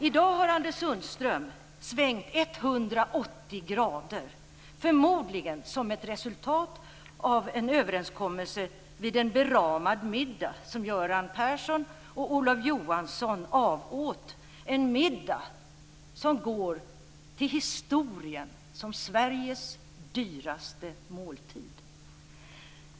I dag har Anders Sundström svängt 180 grader, förmodligen som ett resultat av en överenskommelse vid en beramad middag som Göran Persson och Olof Johansson avåt, en middag som går till historien som Sveriges dyraste måltid.